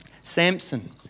Samson